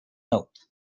note